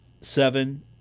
seven